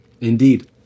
Indeed